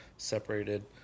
separated